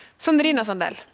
sandrina sandell,